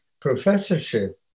professorship